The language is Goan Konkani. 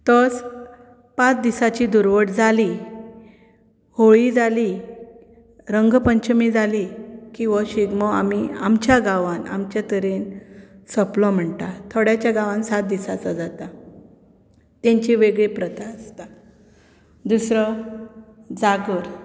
तोच पांच दिसांची धुरवट जाली होळी जाली रंगपंचमी जाली की हो शिगमो आमी आमच्या गांवान आमचे तरेन सोंपलो म्हणटा थोड्याच्या गांवान सात दिसांचो जाता तांची वेगळी प्रथा आसता दुसरो जागर